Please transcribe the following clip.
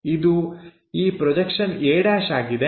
ಇದು ಈ projection a' ಆಗಿದೆ